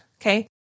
Okay